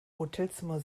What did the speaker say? hotelzimmer